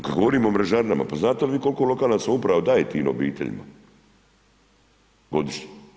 Kad govorimo o mrežarinama, pa znate li vi koliko lokalna samouprava daje tim obiteljima godišnje?